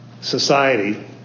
society